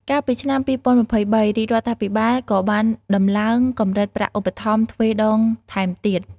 កាលពីឆ្នាំ២០២៣ រាជរដ្ឋាភិបាលក៏បានដំឡើងកម្រិតប្រាក់ឧបត្ថម្ភទ្វេដងថែមទៀត។